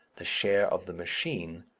the share of the machine,